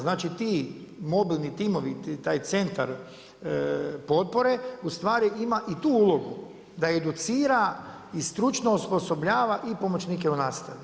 Znači ti mobilni timovi, taj centar, potpore, ustvari ima i tu ulogu, da educira i stručno osposobljava i pomoćnike u nastavi.